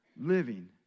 living